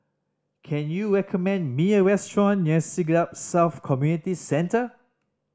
can you recommend me a restaurant near Siglap South Community Centre